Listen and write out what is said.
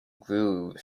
groove